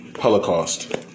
Holocaust